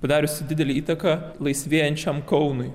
padariusi didelę įtaką laisvėjančiam kaunui